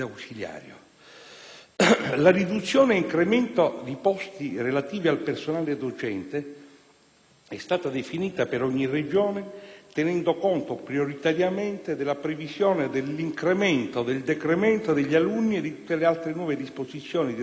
La riduzione incremento di posti relativi al personale docente è stata definita, per ogni Regione, tenendo conto prioritariamente della previsione dell'incremento o del decremento degli alunni e di tutte le altre nuove disposizioni di razionalizzazione